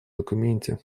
документе